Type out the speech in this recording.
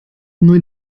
neu